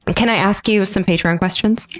but can i ask you some patreon questions?